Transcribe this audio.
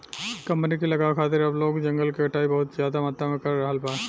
company के लगावे खातिर अब लोग जंगल के कटाई बहुत ज्यादा मात्रा में कर रहल बा